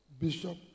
Bishop